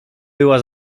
była